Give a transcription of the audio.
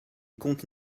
comptes